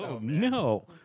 No